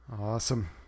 Awesome